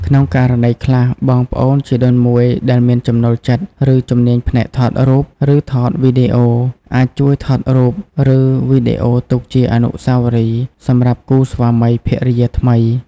ក្នុងករណីខ្លះ បងប្អូនជីដូនមួយដែលមានចំណូលចិត្ត ឬ ជំនាញផ្នែកថតរូប ឬថតវីដេអូ អាចជួយថតរូប ឬវីដេអូទុកជា អនុស្សាវរីយ៍ សម្រាប់គូស្វាមីភរិយាថ្មី។